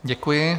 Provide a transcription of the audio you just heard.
Děkuji.